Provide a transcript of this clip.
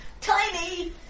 Tiny